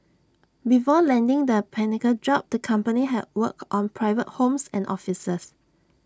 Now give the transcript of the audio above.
before landing the pinnacle job the company had worked on private homes and offices